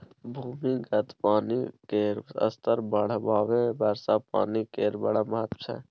भूमिगत पानि केर स्तर बढ़ेबामे वर्षा पानि केर बड़ महत्त्व छै